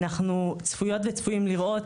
אנחנו צפויות וצפויים לראות,